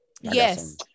Yes